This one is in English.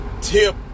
Tip